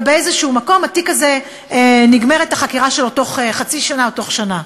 ובאיזשהו מקום התיק הזה נגמרת החקירה שלו תוך חצי שנה או תוך שנה.